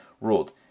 ruled